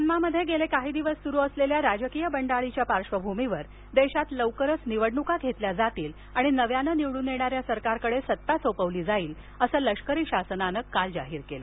Myanmar म्यानमामध्ये गेले काही दिवस सुरु असलेल्या राजकीय बंडाळीच्या पार्श्वभूमीवर देशात लवकरच निवडणुका घेतल्या जातील आणि नव्यानं निवडून येणाऱ्या सरकारकडे सत्ता सोपविली जाईल असं लष्करी शासनानं काल जाहीर केलं